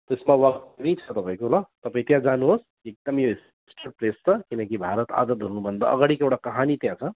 त्यसमा walk free छ तपाईँको ल तपाईँ त्यहाँ जानुहोस् एकदमै हिस्ट्रिकल प्लेस छ किनकि भारत आजाद हुनुभन्दा अगाडिको एउटा कहानी त्यहाँ छ